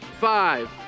five